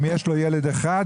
אם יש לו ילד אחד,